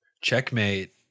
Checkmate